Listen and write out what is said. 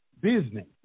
business